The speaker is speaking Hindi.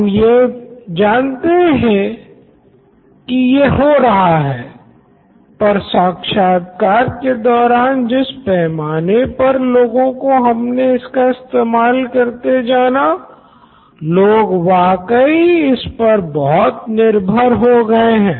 हम ये जानते थे की ये हो रहा है पर साक्षात्कार के दौरान जिस पैमाने पर लोगों को हमने इसका इस्तेमाल करते जाना लोग वाकई इसपर बहुत निर्भर हो गए हैं